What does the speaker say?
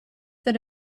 that